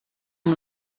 amb